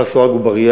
חדה וברורה